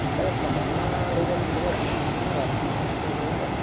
ᱚᱱᱠᱟ ᱥᱟᱢᱟᱱ ᱢᱟ ᱟᱹᱰᱤ ᱜᱟᱱ ᱜᱤᱫᱽᱨᱟᱹᱣᱟᱜ ᱠᱚ ᱟᱨ ᱥᱮᱬᱟ ᱦᱚᱲᱟᱜ ᱠᱚ ᱟᱹᱜᱩᱭ ᱦᱩᱭᱩᱜᱼᱟ